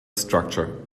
structure